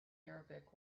arabic